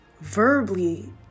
verbally